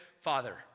Father